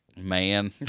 man